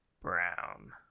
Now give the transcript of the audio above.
brown